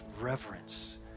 reverence